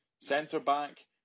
centre-back